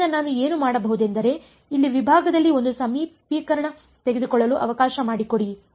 ಆದ್ದರಿಂದ ನಾನು ಏನು ಮಾಡಬಹುದೆಂದರೆ ಇಲ್ಲಿ ವಿಭಾಗದಲ್ಲಿ ಒಂದು ಸಮೀಪೀಕರಣ ತೆಗೆದುಕೊಳ್ಳಲು ಅವಕಾಶ ಮಾಡಿಕೊಡಿ